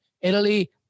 Italy